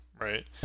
right